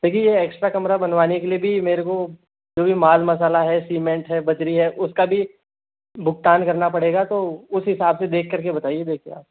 देखिए ये एक्स्ट्रा कमरा बनवाने के लिए भी मेरे को जो भी माल मसाला है सीमेन्ट है बजरी है उसका भी भुगतान करना पड़ेगा तो उस हिसाब से देख कर के बताइए देखिए आप